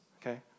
okay